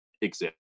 exist